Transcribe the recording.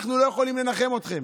אנחנו לא יכולים לנחם אתכם.